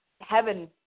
heaven